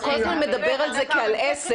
אתה כל הזמן מדבר על זה כעל עסק